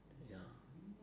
ya